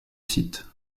site